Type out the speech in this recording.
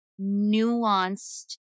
nuanced